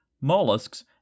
mollusks